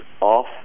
off